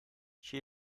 she